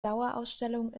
dauerausstellung